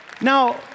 Now